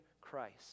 Christ